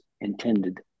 intended